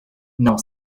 não